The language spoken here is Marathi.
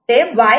DATA'